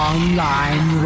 Online